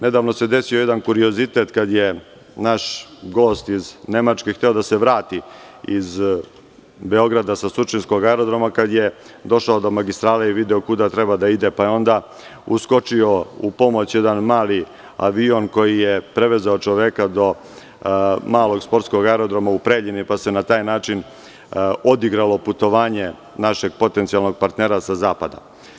Nedavno se desio jedan kuriozitet kada je naš gost iz Nemačke hteo da se vrati iz Beograda sa Surčinkog aerodroma kada je došao do magistrale i video kuda treba da ide, pa je onda uskočio u pomoć jedan mali avion koji je prevezao čoveka do malog sportskog aerodroma u Preljini, pa se na taj način odigralo putovanje našeg potencijalnog partnera sa zapada.